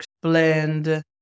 blend